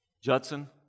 Judson